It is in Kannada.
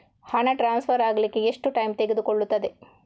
ಹಣ ಟ್ರಾನ್ಸ್ಫರ್ ಅಗ್ಲಿಕ್ಕೆ ಎಷ್ಟು ಟೈಮ್ ತೆಗೆದುಕೊಳ್ಳುತ್ತದೆ?